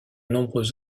nombreux